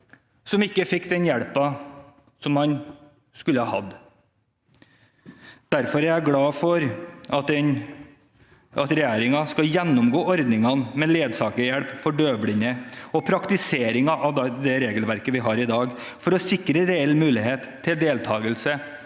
som ikke fikk den hjelpen som han skulle hatt. Derfor er jeg glad for at regjeringen skal gjennomgå ordningene med ledsagerhjelp for døvblinde og praktiseringen av det regelverket vi har i dag, for å sikre reell mulighet til deltakelse